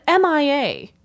MIA